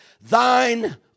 Thine